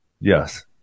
Yes